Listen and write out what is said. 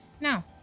Now